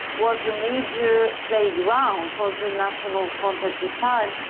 was the major playground for the national front at the time,